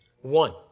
One